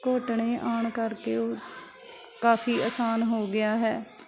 ਘੋਟਣੇ ਆਉਣ ਕਰਕੇ ਕਾਫੀ ਆਸਾਨ ਹੋ ਗਿਆ ਹੈ